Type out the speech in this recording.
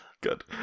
Good